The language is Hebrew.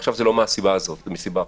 זאת השאלה בדיוק.